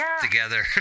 together